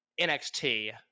NXT